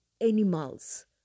animals